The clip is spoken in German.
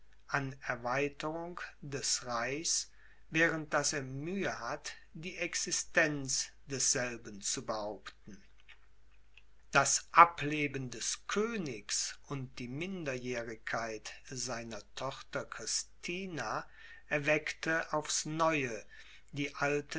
an erweiterung des reichs während daß er mühe hat die existenz desselben zu behaupten das ableben des königs und die minderjährigkeit seiner tochter christina erweckte aufs neue die alten